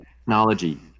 technology